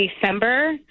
December